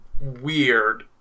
weird